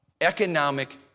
Economic